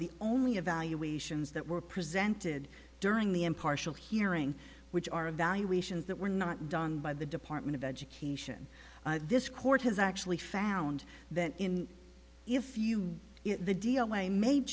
the only evaluations that were presented during the impartial hearing which are evaluations that were not done by the department of education this court has actually found that in if you the deal i made